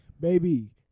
Baby